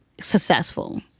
successful